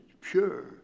pure